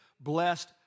blessed